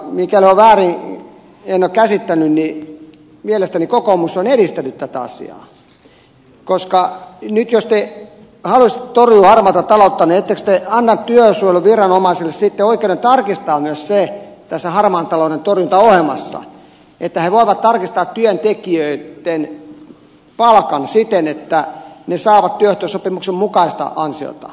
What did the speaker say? mikäli väärin en ole käsittänyt niin mielestäni kokoomus on edistänyt tätä asiaa koska nyt jos te haluaisitte torjua harmaata taloutta niin ettekö te antaisi työsuojeluviranomaisille sitten oikeuden tarkistaa myös sen tässä harmaan talouden torjuntaohjelmassa että he voivat tarkistaa työntekijöitten palkan siten että he saavat työehtosopimuksen mukaista ansiota